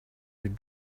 your